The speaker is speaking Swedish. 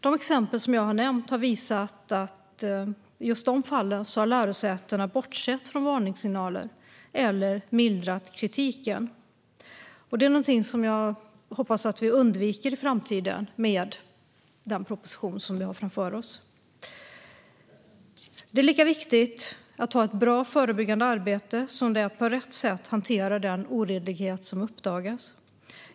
De exempel jag har nämnt har visat att i just de fallen har lärosätena bortsett från varningssignaler eller mildrat kritiken. Det är något som jag hoppas att vi undviker i framtiden med den proposition vi har framför oss. Det är lika viktigt att ha ett bra förebyggande arbete som det är att på rätt sätt hantera den oredlighet som uppdagas.